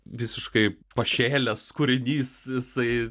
visiškai pašėlęs kūrinys jisai